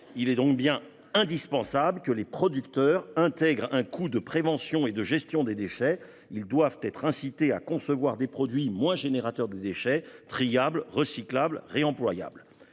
Il est indispensable que les producteurs intègrent un coût de prévention et de gestion des déchets : ils doivent être incités à concevoir des produits moins générateurs de déchets, triables, recyclables, réemployables.